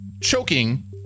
Choking